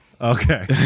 Okay